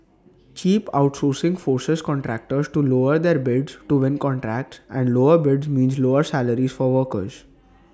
cheap outsourcing forces contractors to lower their bids to win contracts and lower bids mean lower salaries for workers